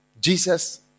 Jesus